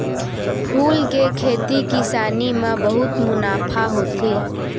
फूल के खेती किसानी म बहुत मुनाफा होथे